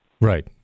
Right